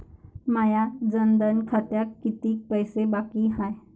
माया जनधन खात्यात कितीक पैसे बाकी हाय?